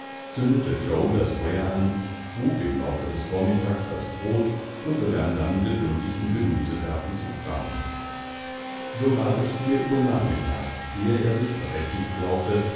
zündete shrowl das feuer an buk im laufe des vormittags das brot und begann dann geduldig im gemüsegartenzugraben so ward es vier uhr nachmittags ehe er sich berechtigt glaubte